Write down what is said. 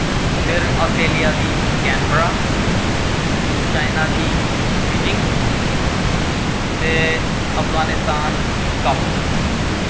फिर अस्ट्रेलिया दी Canberra China दी बिजिंग ते अफ्गानिस्तान दी काबुल